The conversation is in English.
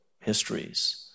histories